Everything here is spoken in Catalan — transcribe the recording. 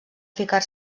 ficar